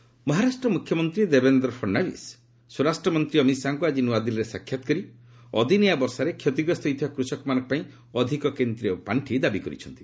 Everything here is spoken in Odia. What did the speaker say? ଫଡ଼ନାବିସ୍ ମହାରାଷ୍ଟ୍ର ମୁଖ୍ୟମନ୍ତ୍ରୀ ଦେବେନ୍ଦ୍ର ଫଡ଼ନାବିସ୍ ସ୍ୱରାଷ୍ଟ୍ରମନ୍ତ୍ରୀ ଅମିତ ଶାହାଙ୍କୁ ଆକି ନ୍ନଆଦିଲ୍ଲୀରେ ସାକ୍ଷାତ କରି ଅଦିନିଆ ବର୍ଷାରେ କ୍ଷତିଗ୍ରସ୍ତ ହୋଇଥିବା କୃଷକମାନଙ୍କ ପାଇଁ ଅଧିକ କେନ୍ଦ୍ରୀୟ ପାର୍ଷି ଦାବି କରିଛନ୍ତି